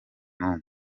n’umwe